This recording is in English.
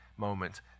moment